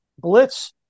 blitz